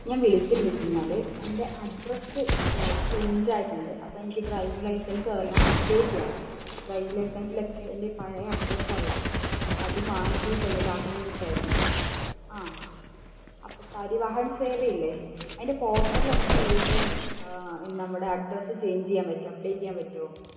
ഞാൻ വിളിച്ചതെന്നു വച്ചു കഴിഞ്ഞാൽ എൻ്റെ അഡ്രസ്സ് ചേഞ്ച് ആയിട്ടുണ്ട് അപ്പം എനിക്ക് ഡ്രൈവിംഗ് ലൈസൻസോ അതെല്ലാം അപ്ഡേറ്റ് ചെയ്യണം ഡ്രൈവിംഗ് ലൈസൻസിലൊക്കെ എൻ്റെ പഴയ അഡ്രസ് ഉള്ളത് അപ്പം അത് മാറ്റിയിട്ട് ഒന്നിതാക്കാൻ വേണ്ടിയിട്ടായിരുന്നു ആ അപ്പം പരിവാഹൻ സേവ ഇല്ലേ അതിൻ്റെ പോർട്ടല് നമുക്ക് കയറിയിട്ട് നമ്മുടെ അഡ്രസ് ചേഞ്ച് ചെയ്യാൻ പറ്റുമോ അപ്ഡേറ്റ് ചെയ്യാൻ പറ്റുമോ